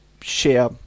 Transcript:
share